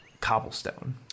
cobblestone